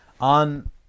on